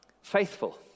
faithful